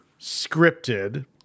scripted